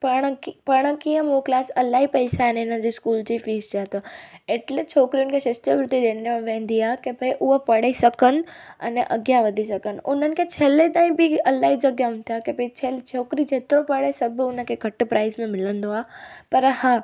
पाणि की पाणि कीअं मोकिलासि इलाही पैसा आहिनि हिनजी स्कूल जी फ़ीस जाहे त एटले छोकिरियुनि खे शिष्यावृत्ति ॾिनी वेंदी आहे की भई उहा पढ़ी सघनि अने अॻियां वधी सघनि उन्हनि खे छेले ताईं बि इलाही जॻह हूंदी आहे की भई छेले छोकिरी जेतिरो पढ़े सभु हुनखे घटि प्राइज़ में मिलंदो आहे पर हा